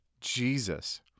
Jesus